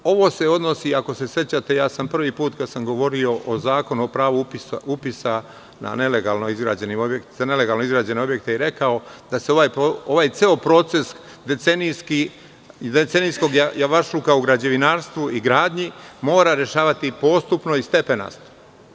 Ovo se odnosi, ako se sećate, prvi put kada sam govorio o Zakonu o pravu upisa za nelegalno izgrađene objekte sam i rekao da se ovaj ceo proces decenijskog javašluka u građevinarstvu i gradnji mora rešavati postupno i stepenasto.